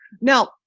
now